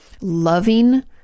loving